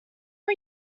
are